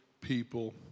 people